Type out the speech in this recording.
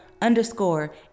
underscore